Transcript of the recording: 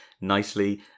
nicely